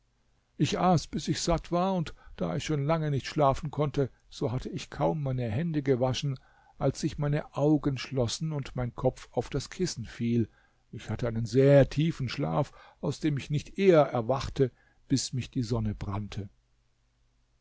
ich aß bis ich satt war und da ich schon lange nicht schlafen konnte so hatte ich kaum meine hände gewaschen als sich meine augen schlossen und mein kopf auf das kissen fiel ich hatte einen sehr tiefen schlaf aus dem ich nicht eher erwachte bis mich die sonne brannte